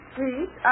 Please